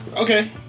Okay